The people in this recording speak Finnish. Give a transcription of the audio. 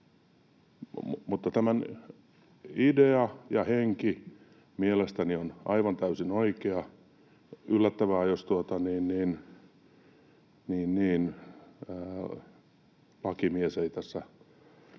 Mutta tämän idea ja henki mielestäni on aivan täysin oikea. Yllättävää, jos lakimies ei tässä